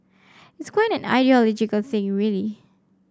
it's quite an ideological thing really